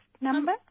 number